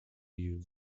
you